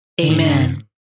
Amen